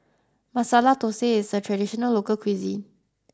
masala thosai is a traditional local cuisine